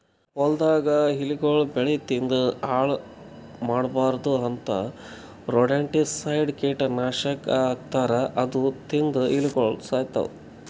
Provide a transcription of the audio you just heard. ಹೊಲ್ದಾಗ್ ಇಲಿಗೊಳ್ ಬೆಳಿ ತಿಂದ್ ಹಾಳ್ ಮಾಡ್ಬಾರ್ದ್ ಅಂತಾ ರೊಡೆಂಟಿಸೈಡ್ಸ್ ಕೀಟನಾಶಕ್ ಹಾಕ್ತಾರ್ ಅದು ತಿಂದ್ ಇಲಿಗೊಳ್ ಸಾಯ್ತವ್